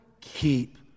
Keep